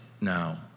now